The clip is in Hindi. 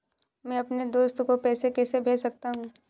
मैं अपने दोस्त को पैसे कैसे भेज सकता हूँ?